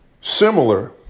Similar